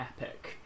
epic